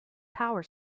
power